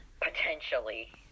Potentially